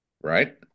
Right